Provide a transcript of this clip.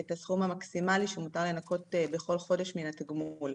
את הסכום המקסימלי שמותר לנכות בכל חודש מהתגמול.